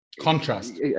contrast